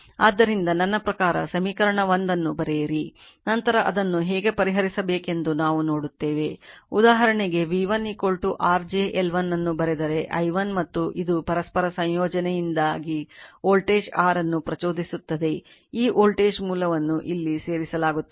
ಆದ್ದರಿಂದ ನನ್ನ ಪ್ರಕಾರ ಸಮೀಕರಣ 1 ಅನ್ನು ಬರೆಯಿರಿ ನಂತರ ಅದನ್ನು ಹೇಗೆ ಪರಿಹರಿಸಬೇಕೆಂದು ನಾವು ನೋಡುತ್ತೇವೆ ಉದಾಹರಣೆಗೆ v1 r j L1 ಅನ್ನು ಬರೆದರೆ i1 ಮತ್ತು ಇದು ಪರಸ್ಪರ ಸಂಯೋಜನೆಯಿಂದಾಗಿ ವೋಲ್ಟೇಜ್ r ಅನ್ನು ಪ್ರಚೋದಿಸುತ್ತದೆ ಈ ವೋಲ್ಟೇಜ್ ಮೂಲವನ್ನು ಇಲ್ಲಿ ಸೇರಿಸಲಾಗುತ್ತದೆ